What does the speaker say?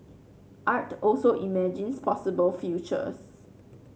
art also imagines possible futures